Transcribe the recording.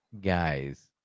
guys